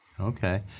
Okay